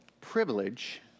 privilege